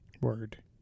Word